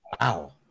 Wow